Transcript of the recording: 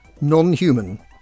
non-human